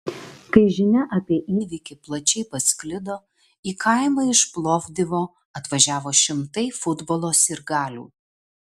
kai žinia apie įvykį plačiai pasklido į kaimą iš plovdivo atvažiavo šimtai futbolo sirgalių